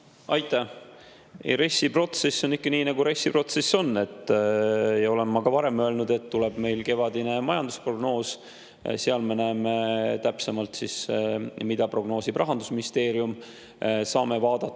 Aitäh! Ei, RES-i protsess on ikka nii, nagu RES-i protsess on. Ja olen ma ka varem öelnud, et kui tuleb meil kevadine majandusprognoos, siis seal me näeme täpsemalt, mida prognoosib Rahandusministeerium. Saame vaadata